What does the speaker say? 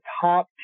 top